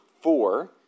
four